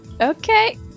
Okay